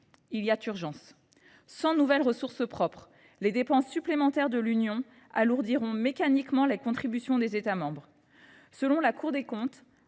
il y a urgence : sans nouvelles ressources propres, les dépenses supplémentaires de l’Union alourdiront mécaniquement les contributions des États membres. Selon la Cour des comptes,